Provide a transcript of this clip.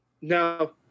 No